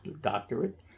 doctorate